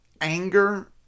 anger